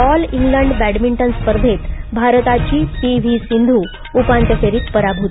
all England badminton स्पर्धेत भारताची P V Sindhu उपांत्यफेरीत पराभूत